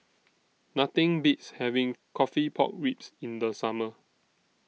Nothing Beats having Coffee Pork Ribs in The Summer